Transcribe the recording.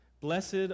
Blessed